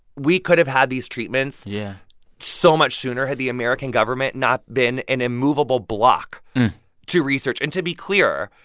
we could have had these treatments treatments yeah so much sooner had the american government not been an immovable block to research. and to be clear,